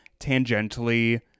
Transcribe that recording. tangentially